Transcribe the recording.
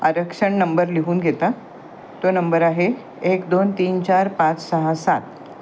आरक्षण नंबर लिहून घेता तो नंबर आहे एक दोन तीन चार पाच सहा सात